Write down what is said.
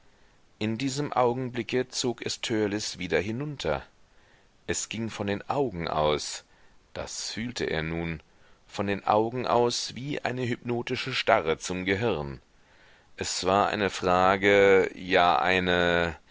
in diesem augenblicke zog es törleß wieder hinunter es ging von den augen aus das fühlte er nun von den augen aus wie eine hypnotische starre zum gehirn es war eine frage ja eine